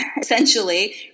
essentially